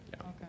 Okay